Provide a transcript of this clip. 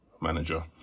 manager